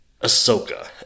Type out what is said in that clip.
Ahsoka